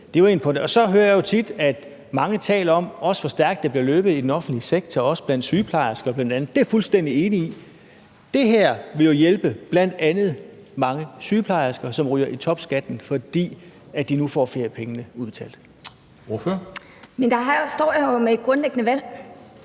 Så hører jeg jo tit, at mange taler om, hvor stærkt der bliver løbet i den offentlige sektor, bl.a. blandt sygeplejerskerne, og det er jeg fuldstændig enig i. Det her vil jo bl.a. hjælpe mange sygeplejersker, som ryger inden for topskattegrænsen, fordi de nu får feriepengene udbetalt. Kl. 14:40 Formanden (Henrik Dam